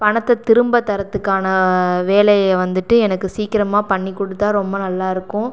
பணத்தை திரும்ப தரத்துக்கான வேலையை வந்துட்டு எனக்கு சீக்கிரமாக பண்ணி கொடுத்தா ரொம்ப நல்லா இருக்கும்